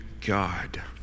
God